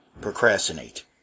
Procrastinate